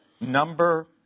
Number